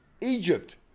Egypt